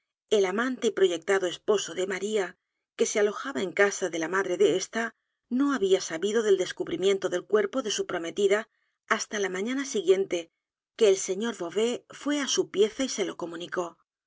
el amante y proyectado esposo de maría que se alojaba en casa de la madre de ésta no había sabido del descubrimiento del cuerpo de su prometida hasta la mañana siguiente que el sr beauvais fué á su pieza y se lo comunicó